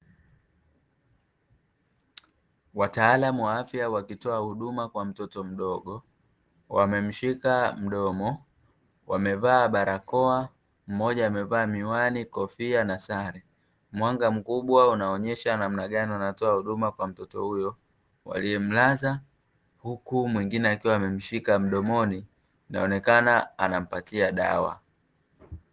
Wataalamu wa afya wakitoa huduma kwa mtoto mdogo, wamemshika mdomo, wamevaa barakoa, mmoja amevaa miwani kofia na sare, mwanga mkubwa unaonyesha namna gani wanatoa huduma kwa mtoto huyo waliemlaza huku mwengine akiwa amemshika mdomoni anaonekana anampatia dawa.